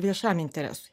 viešam interesui